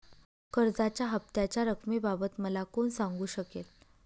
कर्जाच्या हफ्त्याच्या रक्कमेबाबत मला कोण सांगू शकेल?